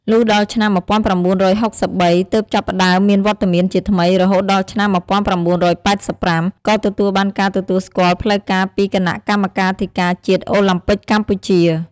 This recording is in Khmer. លុះដល់ឆ្នាំ ១៩៨៣ ទើបចាប់ផ្តើមមានវត្តមានជាថ្មី រហូតដល់ឆ្នាំ ១៩៨៥ ក៏ទទួលបានការទទួលស្គាល់ផ្លូវការពីគណៈកម្មាធិការជាតិអូឡាំពិកកម្ពុជា។